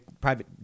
private